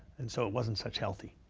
and so it wasn't such healthy